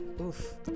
oof